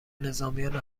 نظامیان